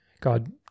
God